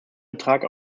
betrag